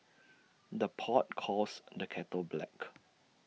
the pot calls the kettle black